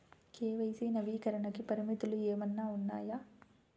KYC నవీకరణకి పరిమితులు ఏమన్నా ఉన్నాయా?